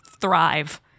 thrive